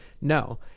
No